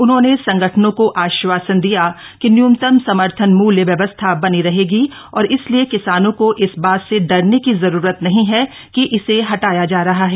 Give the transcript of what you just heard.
उन्होंने संगठनों को आश्वासन दिया कि न्यूनतम समर्थन मूल्य व्यवस्था बनी रहेगी और इसलिए किसानों को इस बात से डरने की जरूरत नहीं है कि इसे हटाया जा रहा है